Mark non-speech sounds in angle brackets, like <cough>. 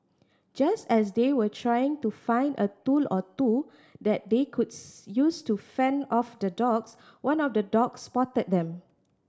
just as they were trying to find a tool or two that they could <unintelligible> use to fend off the dogs one of the dogs spotted them